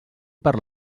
per